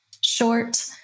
short